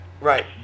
right